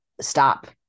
stop